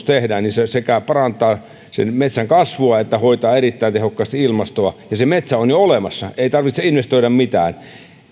tehdään niin se sekä parantaa sen metsän kasvua että hoitaa erittäin tehokkaasti ilmastoa ja se metsä on jo olemassa ei tarvitse investoida mitään